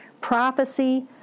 prophecy